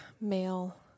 male